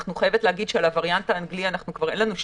אני חייבת להגיד שעל הווריאנט האנגלי כבר אין לנו שליטה,